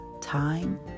time